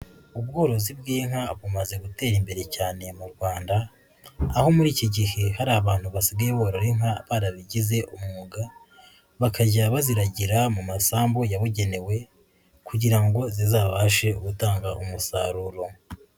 Ubworozi bw'inka bumaze gutera imbere cyane mu Rwanda, aho muri iki gihe hari abantu basigaye borora inka barabigize umwuga, bakajya baziragira mu masambu yabugenewe kugira ngo zizabashe gutanga umusaruro.